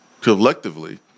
collectively